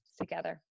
together